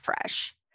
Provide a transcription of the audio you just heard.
fresh